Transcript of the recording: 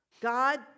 God